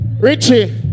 Richie